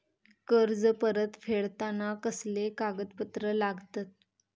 कर्ज परत फेडताना कसले कागदपत्र लागतत?